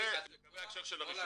זה לגבי ההקשר של הרישומים.